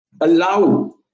allow